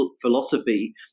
philosophy